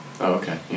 okay